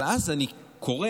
אבל אז אני קורא,